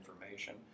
information